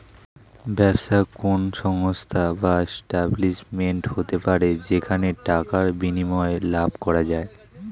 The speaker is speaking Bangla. ব্যবসা কোন সংস্থা বা এস্টাব্লিশমেন্ট হতে পারে যেখানে টাকার বিনিময়ে লাভ করা যায়